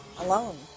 alone